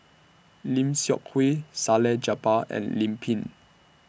Lim Seok Hui Salleh Japar and Lim Pin